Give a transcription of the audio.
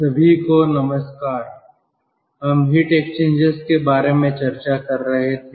सभी को नमस्कार हम हीट एक्सचेंजर्स के बारे में चर्चा कर रहे थे